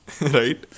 Right